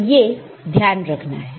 तो ये ध्यान रखनी है